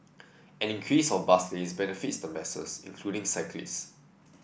an increase of bus lanes benefits the masses including cyclist